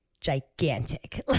gigantic